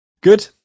good